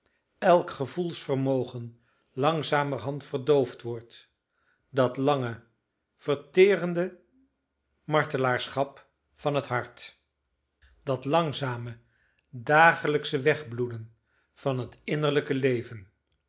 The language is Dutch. elk gevoelsvermogen langzamerhand verdoofd wordt dat lange verterende martelaarschap van het hart dat langzame dagelijksche wegbloeden van het innerlijke leven